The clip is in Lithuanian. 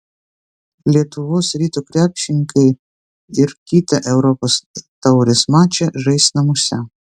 lietuvos ryto krepšininkai ir kitą europos taurės mačą žais namuose